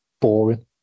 boring